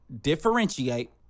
differentiate